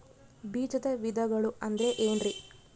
ಬೇಜದ ವಿಧಗಳು ಅಂದ್ರೆ ಏನ್ರಿ?